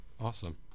Awesome